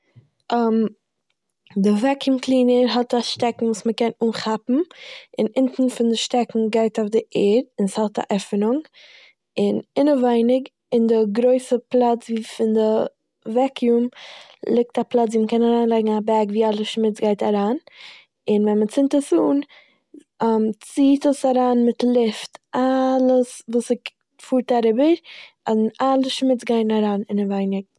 די וועקיום קלינער האט א שטעקן וואס מ'קען אנכאפן און אונטן פון די שטעקן גייט אויף די ערד, און ס'האט א עפענונג, און אינעווייניג אין די גרויסע פלאץ ווי פון די וועקיום ליגט א פלאץ ווי מ'קען אריינלייגן א בעג ווי אלע שמוץ גייט אריין, און ווען מ'צינד עס אן ציט עס אריין מיט לופט אלעס וואס ס'פארט אריבער און אלע שמוץ גייען אריין אינעווייניג.